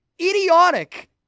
idiotic